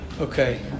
Okay